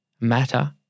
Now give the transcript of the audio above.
matter